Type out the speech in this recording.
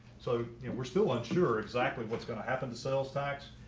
so we're still unsure exactly what's going to happen to sales tax.